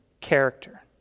character